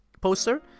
poster